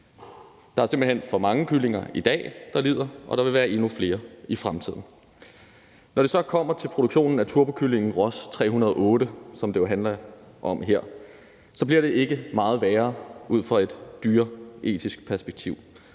Der er simpelt hen for mange kyllinger i dag, der lider, og der vil være endnu flere i fremtiden. Når det så kommer til produktionen af turbokyllingen Ross 308, som det jo handler om her, så bliver det ikke meget værre ud fra et dyreetisk perspektiv,